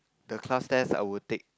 the class test I would take